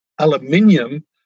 aluminium